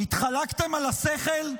התחלקתם על השכל?